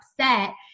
upset